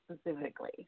specifically